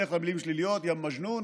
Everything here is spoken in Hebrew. בדרך כלל מילים שליליות: יא מג'נון,